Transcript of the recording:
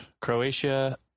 Croatia